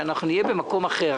שאנחנו נהיה במקום אחר.